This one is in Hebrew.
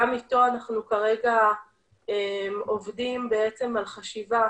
גם איתו אנחנו כרגע עובדים על חשיבה